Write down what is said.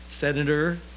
Senator